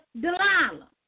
Delilah